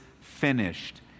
finished